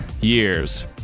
years